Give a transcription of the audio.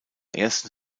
ersten